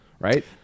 right